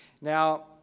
Now